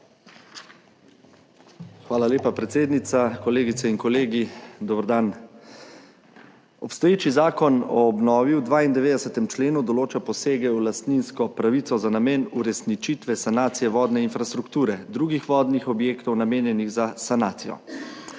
Hvala lepa, predsednica. Kolegice in kolegi, dober dan! Obstoječi Zakon o obnovi v 92. členu določa posege v lastninsko pravico za namen uresničitve sanacije vodne infrastrukture drugih vodnih objektov namenjenih za sanacijo.